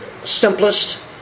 simplest